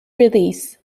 release